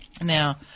Now